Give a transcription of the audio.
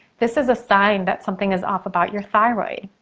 this is a sign that something is off about your thyroid.